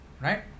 right